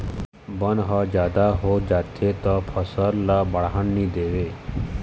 बन ह जादा हो जाथे त फसल ल बाड़हन नइ देवय